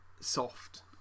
soft